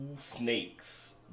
snakes